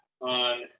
on